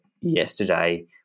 yesterday